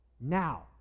Now